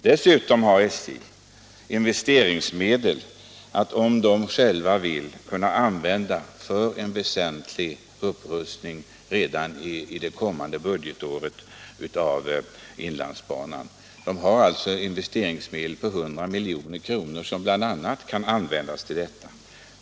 Dessutom har SJ investeringsmedel på 100 milj.kr., som SJ, om SJ själv vill det, bl.a. kan använda för en väsentlig upprustning av inlandsbanan redan under det kommande budgetåret.